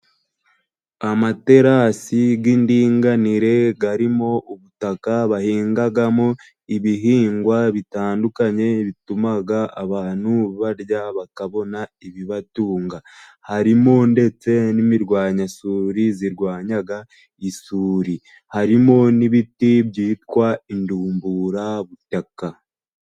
Amaterasi y'indinganire arimo ubutaka bahingamo, ibihingwa bitandukanye bituma abantu barya, bakabona ibibatunga. Harimo ndetse n'imirwanyasuri, irwanya isuri, harimo n'ibiti byitwa intubura butaka.